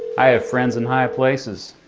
i have friends in high places.